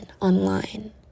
online